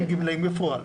גמלאים בפועל.